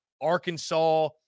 Arkansas